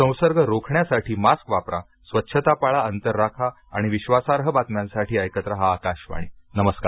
संसर्ग रोखण्यासाठी मास्क वापरा स्वच्छता पाळा अंतर राखा आणि विश्वासार्ह बातम्यांसाठी ऐकत रहा आकाशवाणी नमस्कार